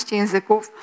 języków